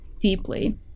deeply